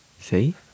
See